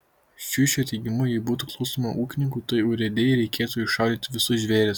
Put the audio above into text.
šiušio teigimu jei būtų klausoma ūkininkų tai urėdijai reikėtų iššaudyti visus žvėris